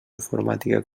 informàtica